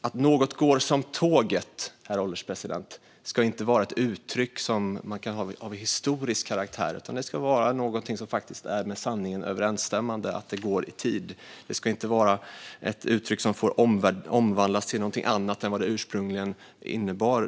Att något går som tåget, herr ålderspresident, ska inte vara ett uttryck av historisk karaktär, utan det ska vara någonting som faktiskt är med sanningen överensstämmande - att tåget går i tid. Det ska inte vara ett uttryck som får omvandlas till någonting annat än det ursprungligen innebar.